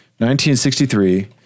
1963